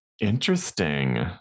interesting